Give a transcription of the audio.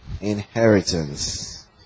Inheritance